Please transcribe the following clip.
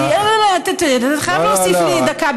אתה חייב להוסיף לי דקה,